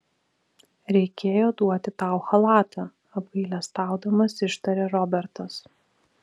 reikėjo duoti tau chalatą apgailestaudamas ištarė robertas